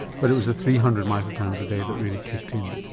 but it was the three hundred micrograms a day that really kicked in?